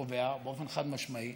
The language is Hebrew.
קובע באופן חד-משמעי